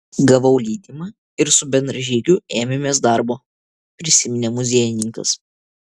gavau leidimą ir su bendražygiu ėmėmės darbo prisiminė muziejininkas